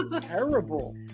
terrible